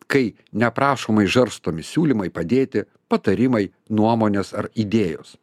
kai neprašomai žarstomi siūlymai padėti patarimai nuomonės ar idėjos